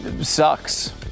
sucks